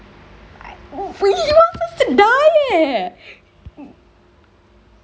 he want us to die leh